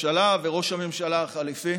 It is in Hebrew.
וראש הממשלה החליפי.